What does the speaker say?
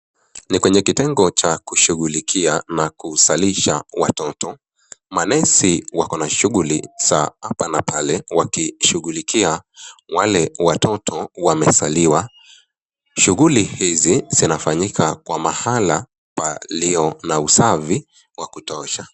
Ni kwenye kitengo cha kushughulikia na kuzalisha watoto. Manesi wako na shughuli za hapa na pale wakishughulikia wale watoto wamezaliwa. Shughuli hizi zinafanyika wa mahala palio na usafi wakutosha.